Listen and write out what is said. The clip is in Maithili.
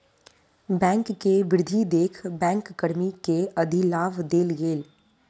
बैंक के वृद्धि देख बैंक कर्मी के अधिलाभ देल गेल